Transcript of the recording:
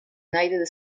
united